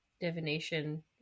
divination